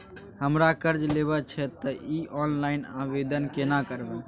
हमरा कर्ज लेबा छै त इ ऑनलाइन आवेदन केना करबै?